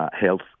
health